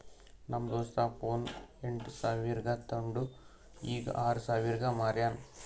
ನಮ್ದು ದೋಸ್ತ ಫೋನ್ ಎಂಟ್ ಸಾವಿರ್ಗ ತೊಂಡು ಈಗ್ ಆರ್ ಸಾವಿರ್ಗ ಮಾರ್ಯಾನ್